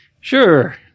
Sure